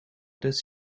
does